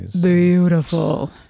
beautiful